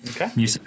Okay